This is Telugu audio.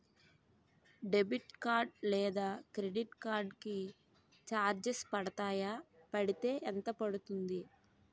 డెబిట్ కార్డ్ లేదా క్రెడిట్ కార్డ్ కి చార్జెస్ పడతాయా? పడితే ఎంత పడుతుంది?